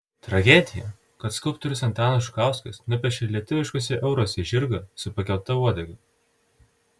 tragedija kad skulptorius antanas žukauskas nupiešė lietuviškuose euruose žirgą su pakelta uodega